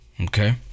Okay